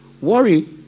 Worry